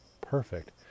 perfect